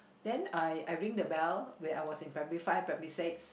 then I I ring the bell when I was in primary five primary six